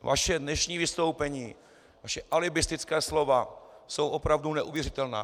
Vaše dnešní vystoupení, vaše alibistická slova jsou opravdu neuvěřitelná.